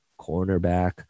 cornerback